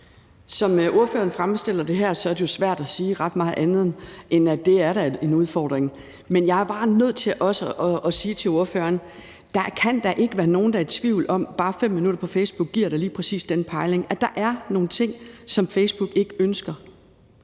Som spørgeren fremstiller det her, er det jo svært at sige ret meget andet, end at det da er en udfordring. Men jeg er bare nødt til også at sige til spørgeren: Der kan da ikke være nogen, der er i tvivl om – bare 5 minutter på Facebook giver lige præcis den pejling – at der er nogle ting, som Facebook ikke ønsker.